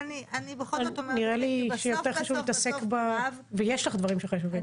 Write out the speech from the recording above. נראה לי שיותר חשוב להתעסק בדברים שחשובים לך.